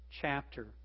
chapter